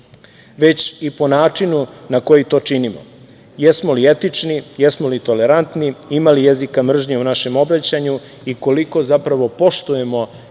već i po načinu na koji to činimo – jesmo li etični, jesmo li tolerantni, ima li jezika mržnje u našem obraćanju i koliko zapravo poštujemo